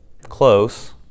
Close